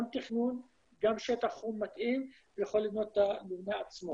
תכנון וגם שטח חום מתאים הוא יכול לבנות את המבנה עצמו.